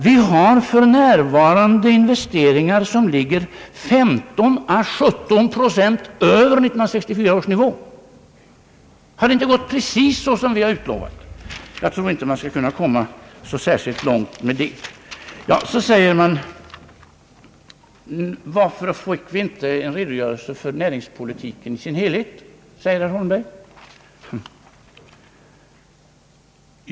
Vi har för närvarande investeringar som ligger 15 å 17 procent över 1964 års nivå. Har det inte gått precis som vi utlovat? Så säger herr Holmberg: Varför får vi inte en redogörelse för näringspolitiken i sin helhet?